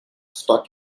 stuck